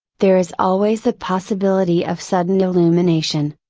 there is always the possibility of sudden illumination,